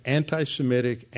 anti-Semitic